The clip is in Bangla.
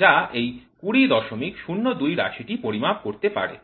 যা এই ২০০২ রাশিটি পরিমাপ করতে পারে